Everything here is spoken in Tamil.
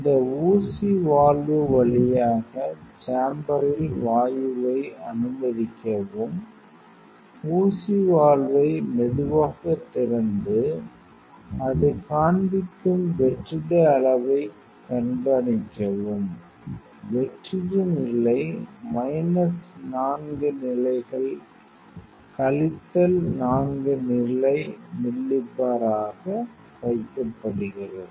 இந்த ஊசி வால்வு வழியாக சேம்பர்ரில் வாயுவை அனுமதிக்கவும் ஊசி வால்வை மெதுவாகத் திறந்து அது காண்பிக்கும் வெற்றிட அளவைக் கண்காணிக்கவும் வெற்றிட நிலை மைனஸ் 4 நிலைகள் கழித்தல் 4 நிலை மில்லி பார் ஆக வைக்கப்படுகிறது